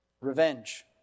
revenge